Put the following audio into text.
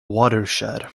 watershed